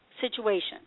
situation